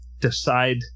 decide